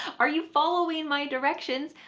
are you following my directions?